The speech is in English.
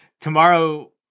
tomorrow